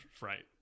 Right